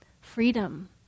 freedom